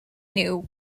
knew